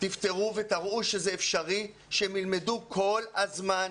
תפתרו ותראו שזה אפשרי שהם ילמדו כל הזמן,